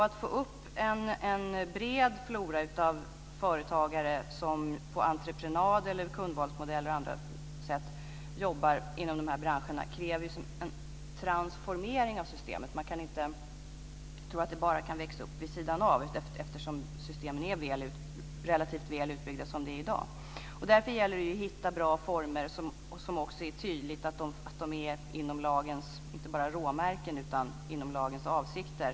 Att få till stånd en bred flora av företagare som på entreprenad, med kundvalsmodeller eller på andra sätt jobbar inom de här branscherna kräver en transformering av systemet. Man kan inte bara växa upp vid sidan av, eftersom systemen i dag är relativt väl utbyggda. Det gäller att hitta bra former som inte bara ligger inom lagens råmärken utan också inom lagens avsikter.